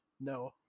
no